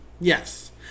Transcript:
Yes